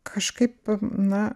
kažkaip na